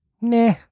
nah